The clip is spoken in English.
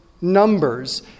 numbers